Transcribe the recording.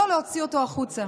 לא להוציא אותו החוצה.